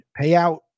payout